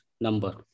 number